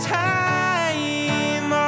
time